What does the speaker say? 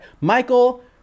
Michael